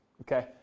okay